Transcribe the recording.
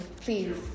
please